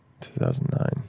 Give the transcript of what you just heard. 2009